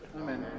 Amen